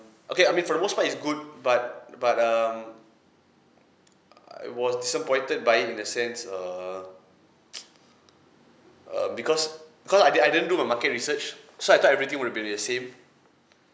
okay I mean for the most part it's good but but um I was disappointed by in the sense err uh because because I didn't didn't do my market research so I thought everything would be the same